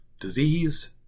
disease